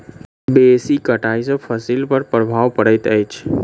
बेसी कटाई सॅ फसिल पर प्रभाव पड़ैत अछि